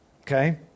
okay